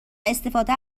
استفاده